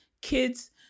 kids